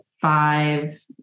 five